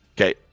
Okay